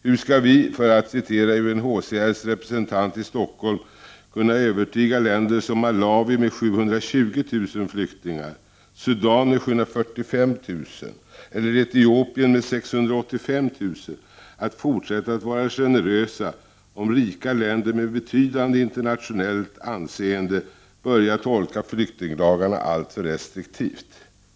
Hur skall vi — för att referera UNHCR:s representant i Stockholm — kunna övertyga länder som Malawi med 720 000 flyktingar, Sudan med 745 000 eller Etiopien med 685 000 att fortsätta att vara generösa, om rika länder med betydande internationellt anseende börjar tolka flyktinglagarna alltför restriktivt?